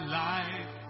life